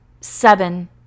seven